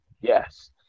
Yes